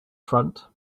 front